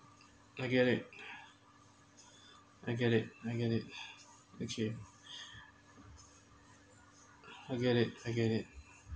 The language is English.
I get it I get it I get it okay I get it I get it